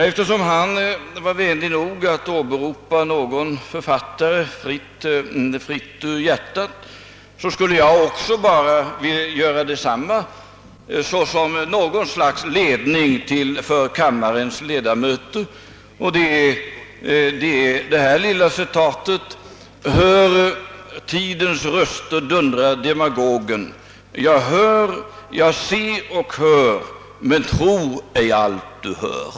Herr Bohman citerade fritt ur minnet en författare, och jag vill göra på samma sätt till ledning för kammarens ledamöter. Någon har skrivit: »Hör tidens röster, dundrar demagogen. Ja, hör och se men tro ej allt du hör!»